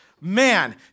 man